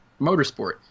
motorsport